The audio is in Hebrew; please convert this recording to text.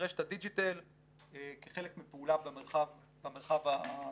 ורשת ה- Digitalכחלק מפעולה במרחב הדיגיטלי.